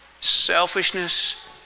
Selfishness